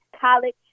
college